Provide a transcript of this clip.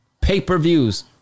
Pay-per-views